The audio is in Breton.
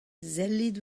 sellit